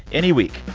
any week.